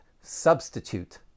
substitute